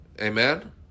amen